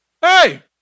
Hey